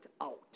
out